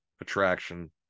attraction